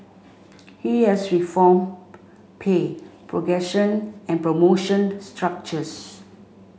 he has reformed pay progression and promotion structures